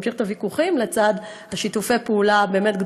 נמשיך את הוויכוחים לצד שיתופי הפעולה שיש